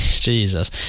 Jesus